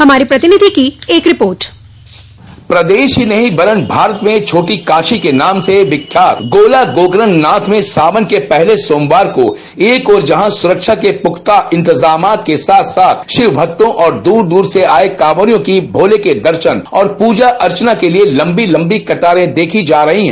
हमारे प्रतिनिधि की एक रिपोर्ट प्रदेश ही नहीं वरन भारत में छोटी काशी के नाम से विख्यात गोला गोकरण नाथ में सावन के पहले सोमवार को एक और जहां सुरक्षा के पुख्ता इंतजामात के साथ साथ शिव भक्तों और दूर दूर से आए कांवरियों की भोले के दर्शन और पूजा अर्चना के लिए लंबी लंबी कतारें देखी जा रही हैं